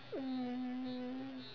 um